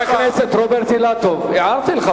חבר הכנסת רוברט אילטוב, הערתי לך פעם אחת.